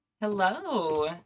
Hello